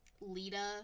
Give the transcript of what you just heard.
Lita